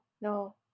no